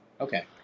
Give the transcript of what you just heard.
Okay